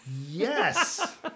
Yes